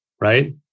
Right